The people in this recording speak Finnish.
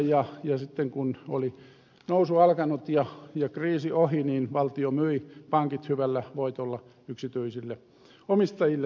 ja sitten kun oli nousu alkanut ja kriisi ohi niin valtio myi pankit hyvällä voitolla yksityisille omistajille takaisin